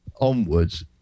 onwards